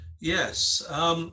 Yes